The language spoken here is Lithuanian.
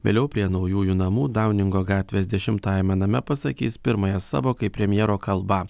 vėliau prie naujųjų namų dauningo gatvės dešimtajame name pasakys pirmąją savo kaip premjero kalbą